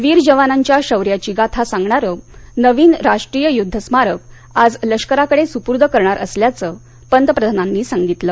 वीर जवानांच्या शौर्यांची गाथा सांगणारं नवीन राष्ट्रीय युद्ध स्मारक आज लष्कराकडे सुपूर्द करणार असल्याचं पंतप्रधानांनी सांगितलं